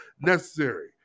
necessary